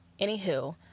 Anywho